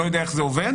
לא יודע איך זה עובד,